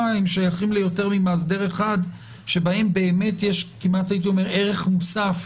שיידים ליותר ממאסדר אחד שבהם יש באמת ערך מוסף